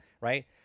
right